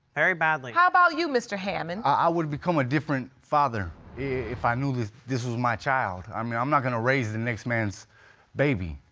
very badly. how about you, mr. hammond? i would become a different father if i knew this this was my child. i mean, i'm not going to raise the next man's baby.